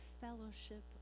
fellowship